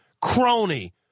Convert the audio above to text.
Crony